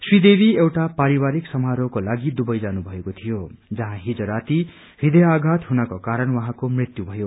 श्री देवी एउटा पारिवारिक समारोहको लागि दुबई जानु भएको थियो जहाँ हिज राति हृदयघात हुनको कारण उाहाँको मृत्यु भयो